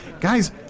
Guys